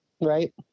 Right